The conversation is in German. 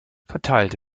verteilt